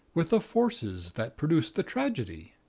with the forces that produced the tragedy?